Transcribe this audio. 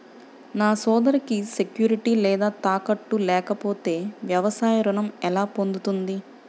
నా సోదరికి సెక్యూరిటీ లేదా తాకట్టు లేకపోతే వ్యవసాయ రుణం ఎలా పొందుతుంది?